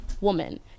woman